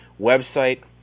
website